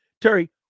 Terry